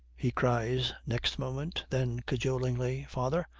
he cries, next moment. then cajolingly, father,